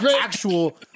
actual